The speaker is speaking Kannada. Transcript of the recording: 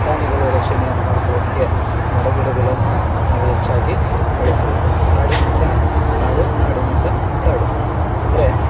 ಪ್ರಾಣಿಗಳು ರಕ್ಷಣೆಯನ್ನು ಮಾಡಿಕೊಳ್ಳೋದಕ್ಕೆ ಮರಗಿಡಗಳನ್ನು ನಾವು ಹೆಚ್ಚಾಗಿ ಬಳಸಬೇಕು ಕಾಡಿನಿಂದ ನಾಡು ನಾಡಿನಿಂದ ಕಾಡು ಅಂದರೆ